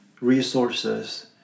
resources